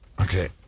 Okay